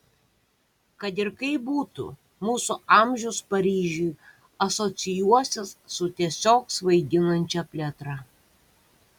kad ir kaip būtų mūsų amžius paryžiui asocijuosis su tiesiog svaiginančia plėtra